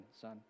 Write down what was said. son